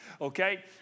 Okay